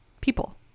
people